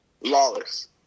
Lawless